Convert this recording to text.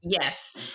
Yes